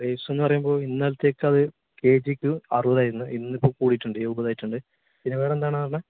ഗ്രേപ്പ്സെന്ന് പറയുമ്പോൾ ഇന്നലത്തേക്കത് കെ ജിക്ക് അറുപതായിരുന്നു ഇന്നിപ്പോൾ കൂടിയിട്ടുണ്ട് എൺപതായിട്ടുണ്ട് പിന്നെ വേറെന്താണ് വേണ്ടത്